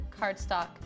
cardstock